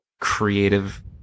creative